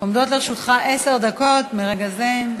עומדות לרשותך עשר דקות מרגע זה.